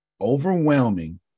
Overwhelming